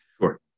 Sure